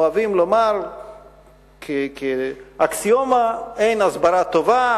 אוהבים לומר כאקסיומה: אין הסברה טובה,